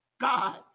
God